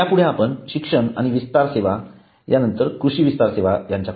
पुढे आपण शिक्षण आणि विस्तार सेवा यानंतर कृषी विस्तार सेवा यांकडे